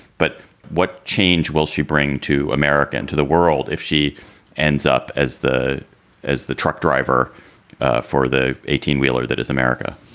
but what change will she bring to america and to the world if she ends up as the as the truck driver for the eighteen wheeler that is america?